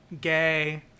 Gay